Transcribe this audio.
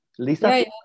Lisa